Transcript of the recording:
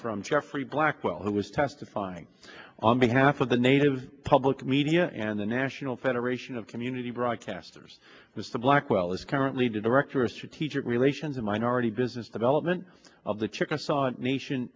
from jeffrey blackwell who was testifying on behalf of the native public media and the national federation of community broadcasters mr blackwell is currently director of strategic relations of minority business development of the chickasaw nation